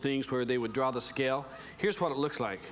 things where they would draw the scale here's what it looks like